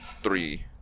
three